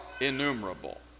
innumerable